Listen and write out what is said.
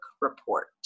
report